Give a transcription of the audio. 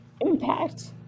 impact